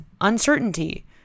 uncertainty